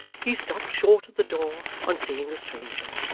he stopped short at the door on seeing a stranger,